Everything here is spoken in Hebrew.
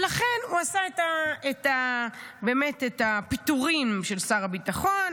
ולכן הוא עשה את הפיטורים של שר הביטחון,